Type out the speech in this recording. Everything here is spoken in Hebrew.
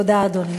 תודה, אדוני.